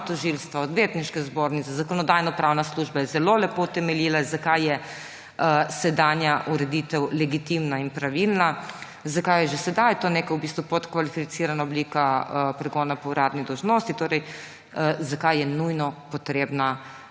Odvetniške zbornice, Zakonodajno-pravna služba je zelo lepo utemeljila, zakaj je sedanja ureditev legitimna in pravilna, zakaj je že sedaj to neka podkvalificirana oblika pregona po uradni dolžnosti, torej zakaj je nujno potrebno